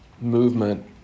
movement